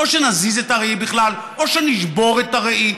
או שנזיז את הראי בכלל או שנשבור את הראי,